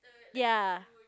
ya